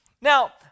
Now